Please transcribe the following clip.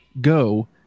go